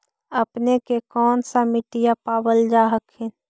अपने के कौन सा मिट्टीया पाबल जा हखिन?